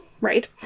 Right